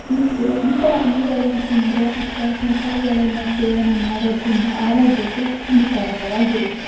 ಹೀಗೆ ಈ ಥರ ಹಣ್ಗಳ್ನ ತಿಂದರೆ ಅಥವಾ ತರಕಾರಿಗಳನ್ನ ಸೇವನೆ ಮಾಡೋದರಿಂದ ಆರೋಗ್ಯಕ್ಕೆ ಹಾನಿಕಾರಕವಾಗಿರುತ್ತೆ